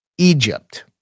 Egypt